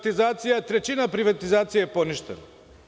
Trećina privatizacije je poništena.